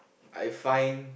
I find